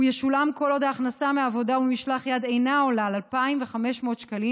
הוא ישולם כל עוד ההכנסה מעבודה או ממשלח יד אינה עולה על 2,500 שקלים,